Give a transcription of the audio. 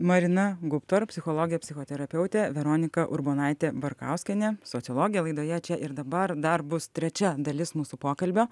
marina guptor psichologė psichoterapeutė veronika urbonaitė barkauskienė sociologė laidoje čia ir dabar dar bus trečia dalis mūsų pokalbio